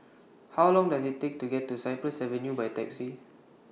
How Long Does IT Take to get to Cypress Avenue By Taxi